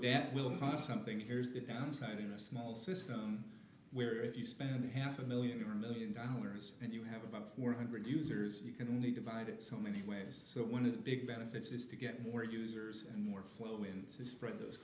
that will cost something here's the downside in a small system where if you spend half a million or a million dollars and you have about four hundred users you can only divide it so many ways so one of the big benefits is to get more users and more flow when spread those